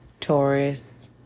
Taurus